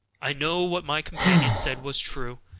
i knew what my companion said was true,